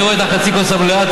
אני רואה את חצי הכוס המלאה,